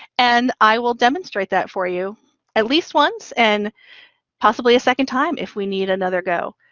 and i will demonstrate that for you at least once and possibly a second time if we need another go.